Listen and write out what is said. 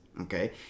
okay